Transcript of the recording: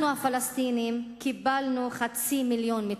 אנחנו, הפלסטינים, קיבלנו חצי מיליון מתנחלים,